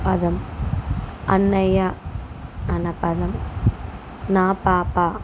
పదం అన్నయ్య అన్న పదం నా పాప